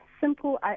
simple